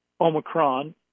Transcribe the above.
Omicron